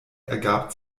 ergab